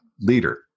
leader